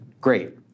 great